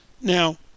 Now